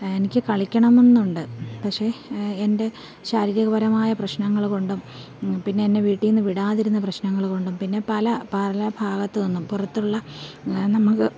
എനിക്ക് കളിക്കണം എന്നുണ്ട് പക്ഷെ എൻ്റെ ശാരീരികപരമായ പ്രശ്നങ്ങൾ കൊണ്ടും പിന്നെ എന്നെ വീട്ടില്നിന്ന് വിടാതിരുന്ന പ്രശ്നങ്ങള് കൊണ്ടും പിന്നെ പല പല ഭാഗത്തു നിന്നും പുറത്തുള്ള നമ്മക്ക്